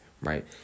right